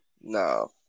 No